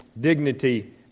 dignity